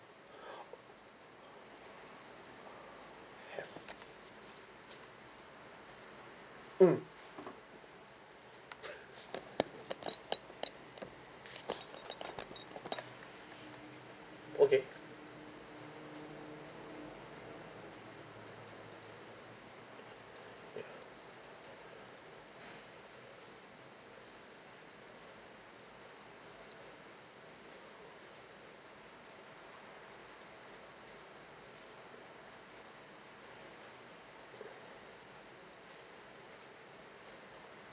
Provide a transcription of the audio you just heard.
have mm okay